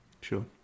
sure